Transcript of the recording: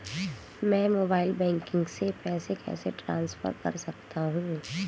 मैं mobile banking से पैसे कैसे ट्रांसफर कर सकता हूं?